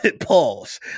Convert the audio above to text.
pause